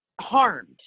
harmed